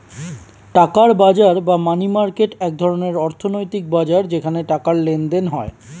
টাকার বাজার বা মানি মার্কেট এক ধরনের অর্থনৈতিক বাজার যেখানে টাকার লেনদেন হয়